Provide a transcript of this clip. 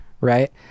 right